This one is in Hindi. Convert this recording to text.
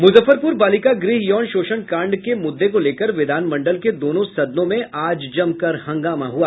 मुजफ्फरपुर बालिका गृह यौन शोषण कांड के मुद्दे को लेकर विधान मंडल के दोनों सदनों में आज जमकर हंगामा हुआ